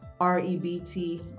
REBT